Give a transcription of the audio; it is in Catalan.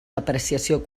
depreciació